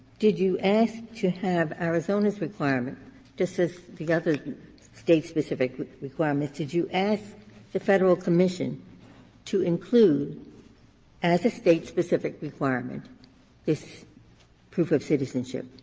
did you ask to have arizona's requirement just as the other state-specific requirements did you ask the federal commission to include and as a state-specific requirement this proof of citizenship?